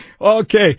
okay